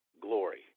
glory